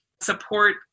support